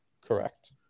Correct